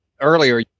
earlier